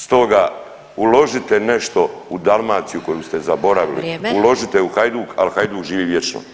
Stoga uložite nešto u Dalmaciju koju ste zaboravili [[Upadica Glasovac: Vrijeme.]] uložite u Hajduk, ali Hajduk živi vječno.